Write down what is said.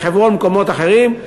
בחברון ובמקומות אחרים.